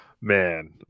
Man